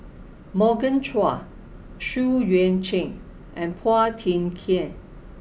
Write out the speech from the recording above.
Morgan Chua Xu Yuan Zhen and Phua Thin Kiay